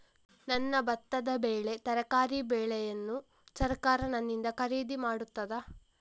ನನ್ನ ಭತ್ತದ ಬೆಳೆ, ತರಕಾರಿ ಬೆಳೆಯನ್ನು ಸರಕಾರ ನನ್ನಿಂದ ಖರೀದಿ ಮಾಡುತ್ತದಾ?